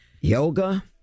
yoga